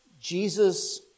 Jesus